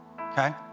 okay